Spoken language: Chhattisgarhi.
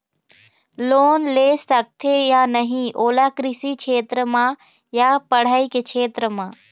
लोन ले सकथे या नहीं ओला कृषि क्षेत्र मा या पढ़ई के क्षेत्र मा?